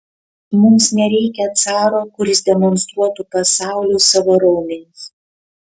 mums nereikia caro kuris demonstruotų pasauliui savo raumenis